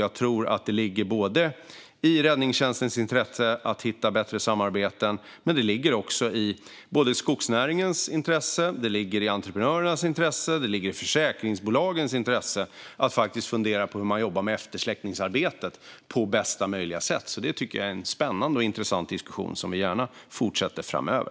Jag tror att det ligger i såväl räddningstjänstens intresse att hitta bättre samarbeten som skogsnäringens intresse, entreprenörernas intresse och försäkringsbolagens intresse att fundera på hur man jobbar med eftersläckningsarbetet på bästa möjliga sätt. Det är en spännande och intressant diskussion som jag gärna fortsätter framöver.